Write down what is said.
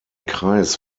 kreis